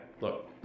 Look